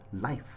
life